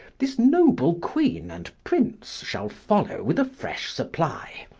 this noble queen and prince, shall follow with a fresh supply.